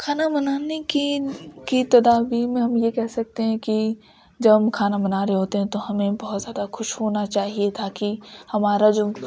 کھانا بنانے کے کی تدابیر میں ہم یہ کہہ سکتے ہیں کہ جب ہم کھانا بنا رہے ہوتے ہیں تو ہمیں بہت زیادہ خوش ہونا چاہیے تاکہ ہمارا جو